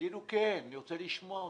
תגידו כן, אני רוצה לשמוע אתכם.